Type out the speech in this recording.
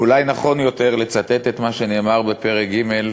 אולי נכון יותר לצטט את מה שנאמר בפרק ג'